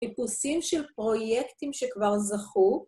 ‫טיפוסים של פרויקטים שכבר זכו.